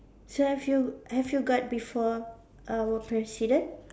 so have you have you guard before our president